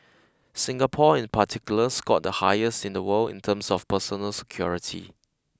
Singapore in particular scored the highest in the world in terms of personal security